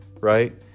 right